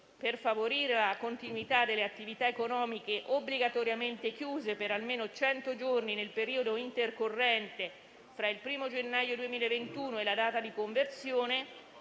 per favorire la continuità delle attività economiche obbligatoriamente chiuse per almeno cento giorni nel periodo intercorrente tra il 1° gennaio 2021 e la data di conversione,